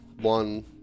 one